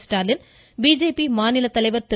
Stalin BJP மாநிலத்தலைவர் திரு